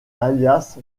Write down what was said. alias